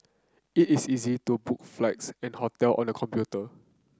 it is easy to book flights and hotel on the computer